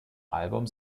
album